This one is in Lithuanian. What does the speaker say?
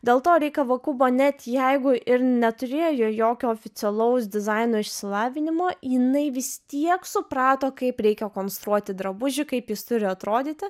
dėl to rei kavakubo net jeigu ir neturėjo jokio oficialaus dizaino išsilavinimo jinai vis tiek suprato kaip reikia konstruoti drabužį kaip jis turi atrodyti